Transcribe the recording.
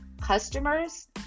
customers